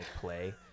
play